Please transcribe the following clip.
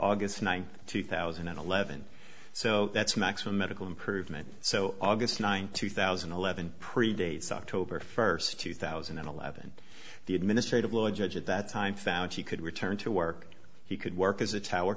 august ninth two thousand and eleven so that's maximum medical improvement so august ninth two thousand and eleven predates october first two thousand and eleven the administrative law judge at that time found she could return to work he could work as a tower